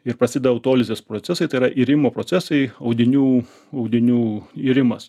ir pasida autolizės procesai tai yra irimo procesai audinių audinių irimas